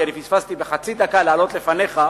כי אני פספסתי בחצי דקה לעלות לפניך.